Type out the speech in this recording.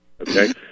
Okay